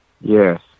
Yes